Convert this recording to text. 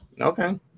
Okay